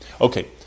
Okay